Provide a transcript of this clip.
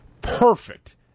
perfect